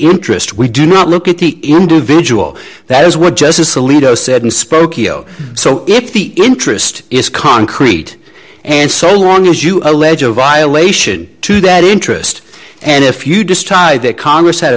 interest we do not look at the individual that is what justice alito said and spokeo so if the interest is concrete and so long as you allege a violation to that interest and if you decide that congress had